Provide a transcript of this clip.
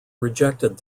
rejected